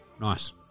Nice